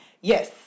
Yes